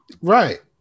Right